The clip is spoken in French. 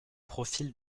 profils